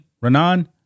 Renan